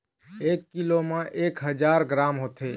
एक कीलो म एक हजार ग्राम होथे